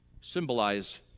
symbolize